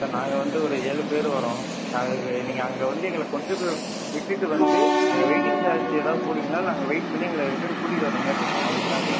sir நாங்கள் வந்து ஒரு ஏழு பேர் வரோம் அதுக்கு நீங்கள் அங்கே வந்து எங்களை கொண்டு போய் விட்டுட்டு வந்து அங்கே வெயிட்டிங் சார்ஜ் எதாவது போடுவீங்களா இல்லை அங்கே வெயிட் பண்ணி எங்களை ரிட்டன் கூட்டிகிட்டு வரமாரி இருக்கும் அதுக்கு தான் சார்